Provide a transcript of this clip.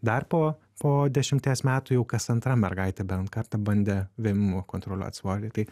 dar po po dešimties metų jau kas antra mergaitė bent kartą bandė vėmimu kontroliuot svorį tai